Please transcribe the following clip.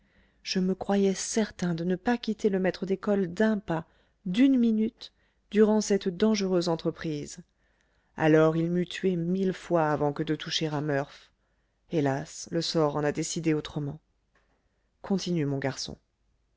je me croyais certain de ne pas quitter le maître d'école d'un pas d'une minute durant cette dangereuse entreprise alors il m'eût tué mille fois avant que de toucher à murph hélas le sort en a décidé autrement continue mon garçon